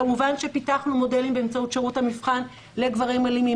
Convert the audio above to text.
כמובן שפיתחנו מודלים באמצעות שירות המבחן לגברים אלימים,